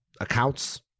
accounts